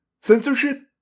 Censorship